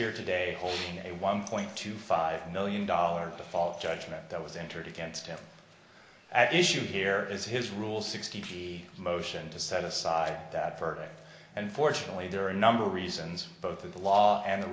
here today holding a one point two five million dollars default judgment that was entered against him at issue here is his rule sixty p motion to set aside that verdict and fortunately there are a number of reasons both of the law and the